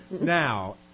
Now